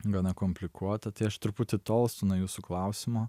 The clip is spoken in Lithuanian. gana komplikuota tai aš truputį tolstu nuo jūsų klausimo